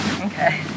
okay